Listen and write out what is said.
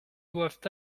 doivent